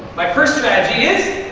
my first strategy is?